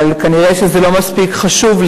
אבל לפעמים זה יוצא החוצה,